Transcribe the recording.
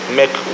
make